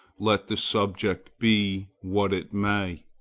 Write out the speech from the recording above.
let the subject be what it may.